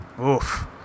Oof